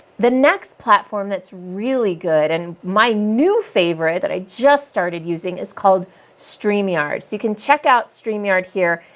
the next platform that's really good and my new favorite that i just started using it's called stream yards. you can check out stream yard here.